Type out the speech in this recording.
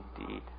Indeed